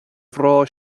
bhreá